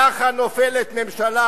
כך נופלת ממשלה